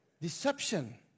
Deception